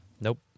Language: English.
Nope